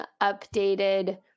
updated